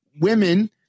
women